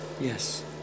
Yes